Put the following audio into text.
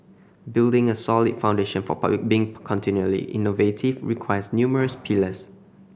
building a solid foundation for being continually innovative requires numerous pillars